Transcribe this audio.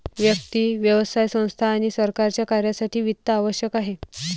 व्यक्ती, व्यवसाय संस्था आणि सरकारच्या कार्यासाठी वित्त आवश्यक आहे